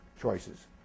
choices